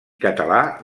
català